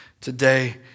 today